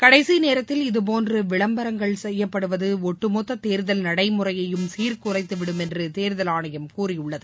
களடசி நேரத்தில் இதபோன்ற விளம்பரங்கள் செய்யப்படுவது ஒட்டுமொத்த தேர்தல் நடடமுறையையும் சீர்குலைத்துவிடும் என்று தேர்தல் ஆணையம் கூறியுள்ளது